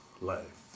Life